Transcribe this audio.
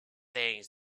things